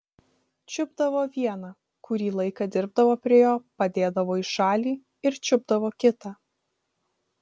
čiupdavo vieną kurį laiką dirbdavo prie jo padėdavo į šalį ir čiupdavo kitą